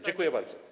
Dziękuję bardzo.